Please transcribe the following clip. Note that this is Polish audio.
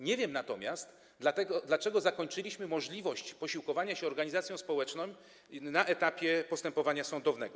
Nie wiem natomiast, dlaczego zakończyliśmy możliwość posiłkowania się organizacją społeczną na etapie postępowania sądowego.